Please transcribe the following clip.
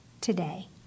today